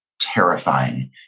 terrifying